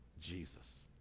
Jesus